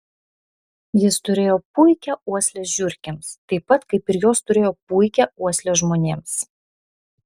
jis turėjo puikią uoslę žiurkėms taip pat kaip ir jos turėjo puikią uoslę žmonėms